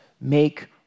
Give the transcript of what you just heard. make